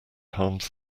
harms